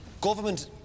Government